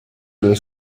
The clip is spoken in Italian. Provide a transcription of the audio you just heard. del